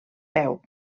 peu